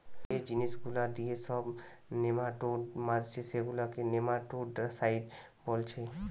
যে জিনিস গুলা দিয়ে সব নেমাটোড মারছে সেগুলাকে নেমাটোডসাইড বোলছে